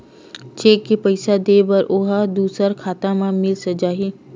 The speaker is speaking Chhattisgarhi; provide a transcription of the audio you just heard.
चेक से पईसा दे बर ओहा दुसर खाता म मिल जाही?